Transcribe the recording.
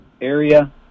area